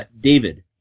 David